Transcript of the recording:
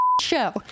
show